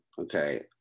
okay